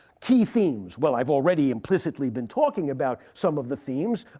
key themes. well i've already implicitly been talking about some of the themes.